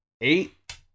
eight